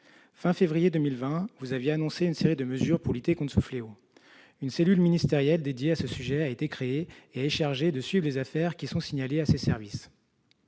ministre, vous avez annoncé une série de mesures pour lutter contre ce fléau. Une cellule ministérielle dédiée à ce sujet a été créée et chargée de suivre les affaires qui sont signalées à vos services.